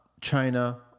China